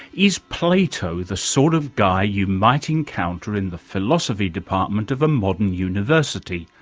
is plato the sort of guy you might encounter in the philosophy department of a modern university,